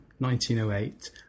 1908